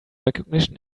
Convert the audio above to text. recognition